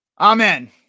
amen